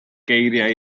geiriau